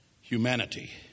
humanity